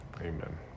Amen